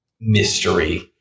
mystery